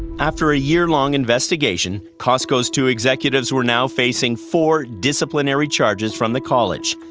after a year-long investigation, costco's two executives were now facing four disciplinary charges from the college.